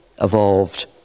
evolved